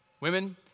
Women